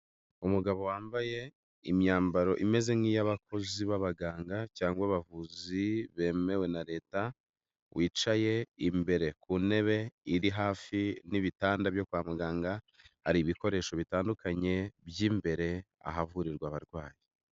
Umugabo wambaye imyambaro imeze nk'iy'abakozi b'abaganga cyangwa abavuzi bemewe na leta wicaye imbere ku ntebe iri hafi n'ibitanda byo kwa muganga, hari ibikoresho bitandukanye by'imbere ahavurirwa abarwayi.